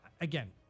again